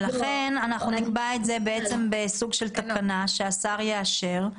לכן נקבע את זה בסוג של תקנה, שהשר יאשר.